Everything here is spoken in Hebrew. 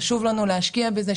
חשוב לנו להשקיע בזה,